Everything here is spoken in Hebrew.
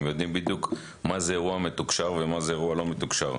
הם יודעים בדיוק מה זה אירוע מתוקשר ומה זה אירוע לא מתוקשר.